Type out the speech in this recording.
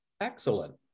Excellent